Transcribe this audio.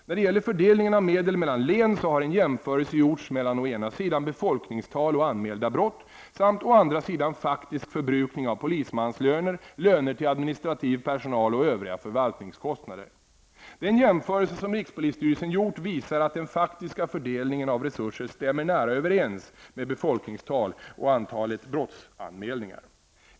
När det gäller fördelningen av medel mellan län har en jämförelse gjorts mellan å ena sidan befolkningstal och anmälda brott samt å andra sidan faktisk förbrukning av polismanslöner, löner till administrativ personal och övriga förvaltningskostnader. Den jämförelse som rikspolisstyrelsen gjort visar att den faktiska fördelningen av resurser stämmer nära överens med befolkningstal och antalet brottsanmälningar.